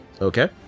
Okay